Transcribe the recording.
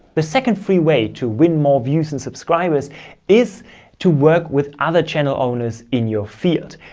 the second free way to win more views and subscribers is to work with other channel owners in your field.